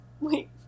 Wait